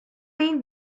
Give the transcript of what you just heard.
been